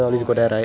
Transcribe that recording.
oh ya